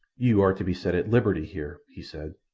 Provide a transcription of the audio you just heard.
you are to be set at liberty here, he said.